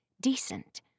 decent